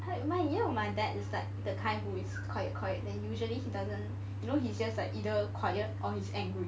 you know my dad is like the kind who is quiet quiet then usually he doesn't you know he's just like either quiet or he's angry